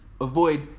avoid